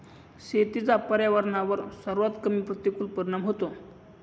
शेतीचा पर्यावरणावर सर्वात कमी प्रतिकूल परिणाम होतो